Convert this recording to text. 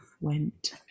went